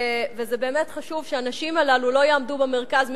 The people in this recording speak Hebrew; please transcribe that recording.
וזה באמת חשוב שהנשים הללו לא יעמדו במרכז,